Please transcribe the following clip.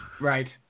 Right